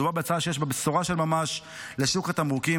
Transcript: מדובר בהצעה שיש בה בשורה של ממש לשוק התמרוקים,